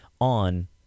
on